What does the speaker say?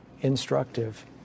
instructive